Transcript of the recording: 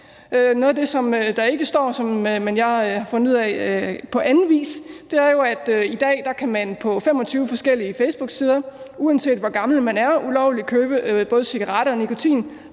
Noget af det, der ikke står, men som jeg har fundet ud af på anden vis, er, at man i dag på 25 forskellige facebooksider, uanset hvor gammel man er, ulovligt kan købe både cigaretter og